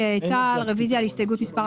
כיוון שמועד החיוב במס הוא עם קבלת התשלום,